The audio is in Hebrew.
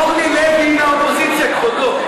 אורלי לוי היא מהאופוזיציה, כבודו.